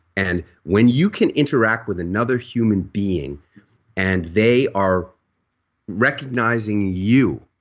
and when you can interact with another human being and they are recognizing you,